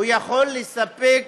הוא יכול לספק